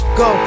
go